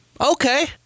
Okay